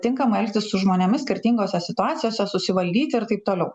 tinkamai elgtis su žmonėmis skirtingose situacijose susivaldyti ir taip toliau